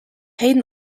heden